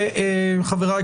חבריי,